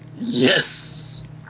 Yes